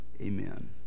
amen